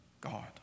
God